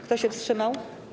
Kto się wstrzymał?